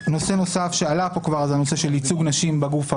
נושא נוסף שכבר עלה פה זה הנושא של ייצוג נשים בגוף הבוחר.